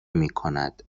میکند